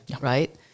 right